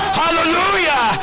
hallelujah